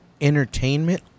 entertainment